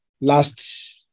last